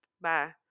bye